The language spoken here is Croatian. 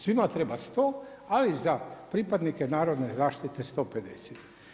Svima treba 100 ali za pripadnike narodne zaštite 150.